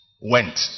went